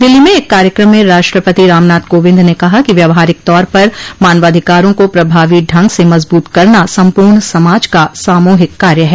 दिल्ली में एक कार्यक्रम में राष्ट्रपति रामनाथ कोविंद ने कहा कि व्यावहारिक तौर पर मानवाधिकारों को प्रभावी ढंग से मजबूत करना संपूर्ण समाज का सामूहिक कार्य है